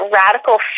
radical